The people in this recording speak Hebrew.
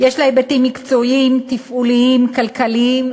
יש לה היבטים מקצועיים, תפעוליים, כלכליים,